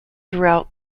throughout